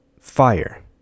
fire